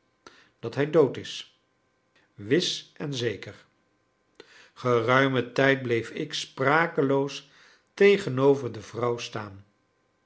dat hij dood is wis en zeker geruimen tijd bleef ik sprakeloos tegenover de vrouw staan